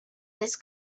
this